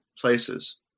places